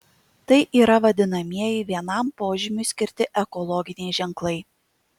tai yra vadinamieji vienam požymiui skirti ekologiniai ženklai